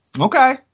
Okay